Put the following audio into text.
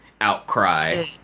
outcry